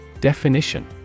Definition